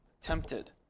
tempted